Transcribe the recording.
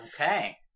Okay